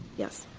yes.